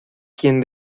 quien